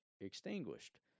extinguished